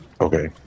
okay